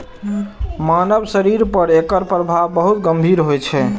मानव शरीर पर एकर प्रभाव बहुत गंभीर होइ छै